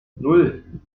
nan